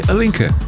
Alinka